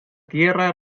tierra